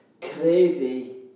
crazy